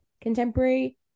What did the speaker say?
contemporary